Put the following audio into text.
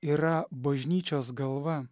yra bažnyčios galva